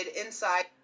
inside